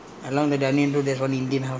you know there's one indian house there you remember